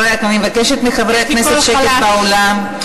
אני מבקשת מחברי הכנסת שקט באולם.